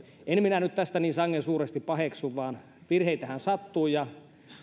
en minä nyt tästä niin sangen suuresti pahastu virheitähän sattuu ja